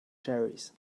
cherries